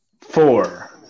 four